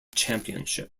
championship